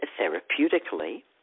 therapeutically